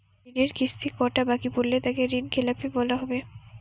ঋণের কিস্তি কটা বাকি পড়লে তাকে ঋণখেলাপি বলা হবে?